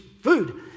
food